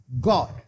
God